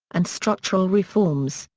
and structural reforms,